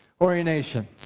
orientation